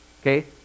Okay